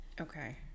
Okay